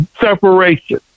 separation